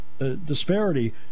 Disparity